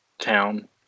town